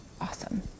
awesome